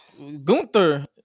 Gunther